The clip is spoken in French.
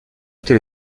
était